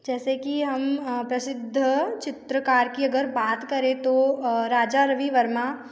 जैसे कि हम प्रसिद्ध चित्रकार की अगर बात करें तो रजा रवि वर्मा